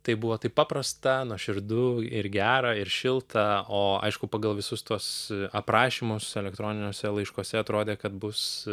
tai buvo taip paprasta nuoširdu ir gera ir šilta o aišku pagal visus tuos aprašymus elektroniniuose laiškuose atrodė kad bus